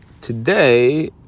Today